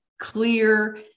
clear